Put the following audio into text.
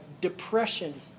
depression